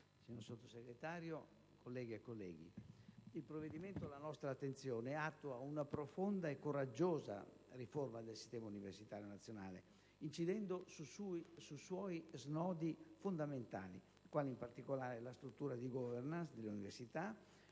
signor Sottosegretario, colleghe e colleghi, il provvedimento alla nostra attenzione attua una profonda e coraggiosa riforma del sistema universitario nazionale, incidendo su suoi snodi fondamentali, quali in particolare la struttura di *governance* delle università,